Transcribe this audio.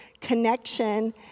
connection